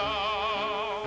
oh